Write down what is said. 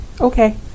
Okay